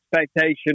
expectation